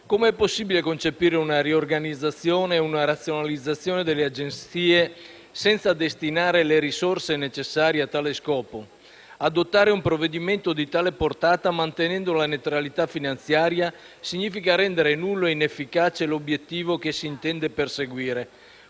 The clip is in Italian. come è possibile concepire una riorganizzazione e una razionalizzazione delle agenzie, senza destinare le risorse necessarie a tale scopo? Adottare un provvedimento di tale portata mantenendo la neutralità finanziaria significa rendere nullo e inefficace l'obiettivo che si intende perseguire,